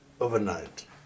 overnight